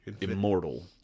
immortal